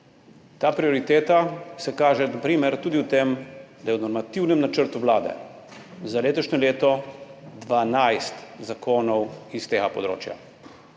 Ta prioriteta se kaže na primer tudi v tem, da je v normativnem načrtu vlade za letošnje leto 12 zakonov iz tega področja.